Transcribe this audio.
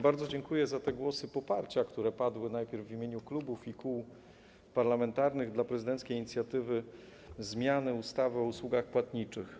Bardzo dziękuję za te głosy poparcia, które padły najpierw w imieniu klubów i kół parlamentarnych, dla prezydenckiej inicjatywy zmiany ustawy o usługach płatniczych.